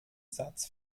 satz